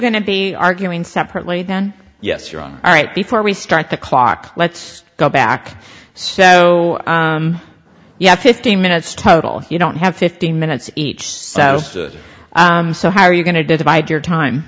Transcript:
to be arguing separately then yes you're wrong all right before we start the clock let's go back so you have fifteen minutes total you don't have fifteen minutes each so so how are you going to divide your time